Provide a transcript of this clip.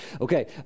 Okay